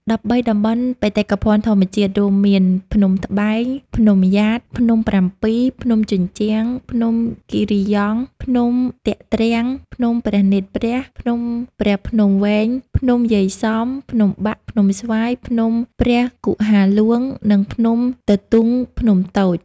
១៣ តំបន់បេតិកភណ្ឌធម្មជាតិ រួមមាន ភ្នំត្បែង ភ្នំយ៉ាត ភ្នំប្រាំងពីរ ភ្នំជញ្ជាំង ភ្នំគិរីយង់ ភ្នំទាក់ទ្រាំង ភ្នំព្រះនេត្រព្រះ ភ្នំព្រះភ្នំវែង ភ្នំយាយសំ ភ្នំបាក់ ភ្នំស្វាយ ភ្នំព្រះគុហារហ្លួង និងភ្នំទទុងភ្នំតូច។